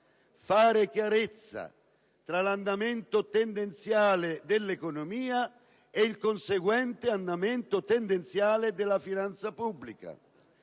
far chiarezza tra l'andamento tendenziale dell'economia ed il conseguente andamento tendenziale della finanza pubblica;